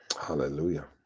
Hallelujah